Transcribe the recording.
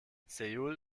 seoul